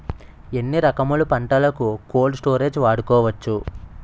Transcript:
ఎన్ని రకములు పంటలకు కోల్డ్ స్టోరేజ్ వాడుకోవచ్చు?